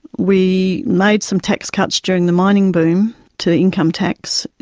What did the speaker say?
we made some tax cuts during the mining boom to income tax,